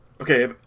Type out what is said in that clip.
Okay